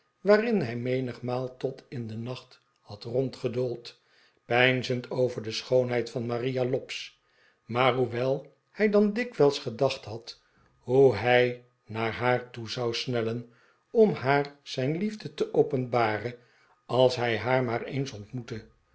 waarin hij menigmaal tot in den nacht had rondgedoold peinzend over de schoonheid van maria lobbs maar hoewel hij dan dikwijls gedacht had hoe hij naar haar toe zou snellen om haar zijn liefde te openbaren als hij haar maar eens ontmoette